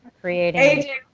Creating